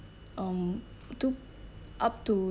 um two up to